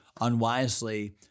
unwisely